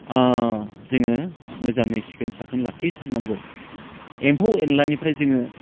जोङो मोजाङै सिखोन साखोन लाखिथारनांगौ एम्फौ एनलानिफ्राय जोङो